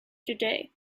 today